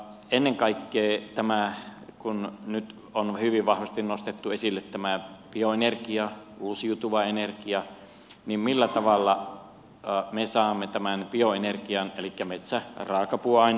ennen kaikkea kun nyt on hyvin vahvasti nostettu esille tämä bioenergia uusiutuva energia tämä on tärkeää siinä mielessä millä tavalla me saamme tämän bioenergian elikkä metsä raakapuu on